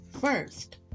first